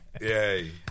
Yay